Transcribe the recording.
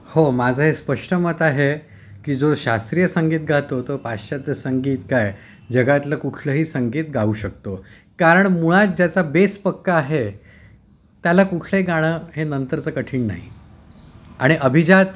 हो माझं हे स्पष्ट मत आहे की जो शास्त्रीय संगीत गातो तो पाश्चात्य संगीत काय जगातलं कुठलंही संगीत गाऊ शकतो कारण मुळात ज्याचा बेस पक्का आहे त्याला कुठलंही गाणं हे नंतरचं कठीण नाही आणि अभिजात